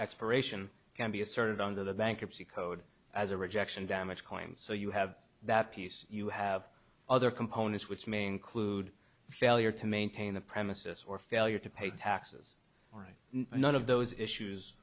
expiration can be asserted under the bankruptcy code as a rejection damage claims so you have that piece you have other components which may include failure to maintain the premises or failure to pay taxes right none of those issues